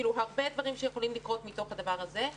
הרבה דברים שיכולים לקרות מתוך הדבר הזה.